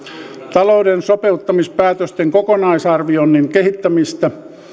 talouden sopeuttamispäätösten kokonaisarvioinnin kehittämistä